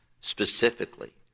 specifically